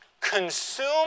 consume